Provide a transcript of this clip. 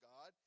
God